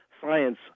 science